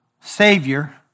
Savior